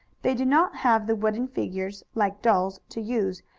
they did not have the wooden figures, like dolls, to use,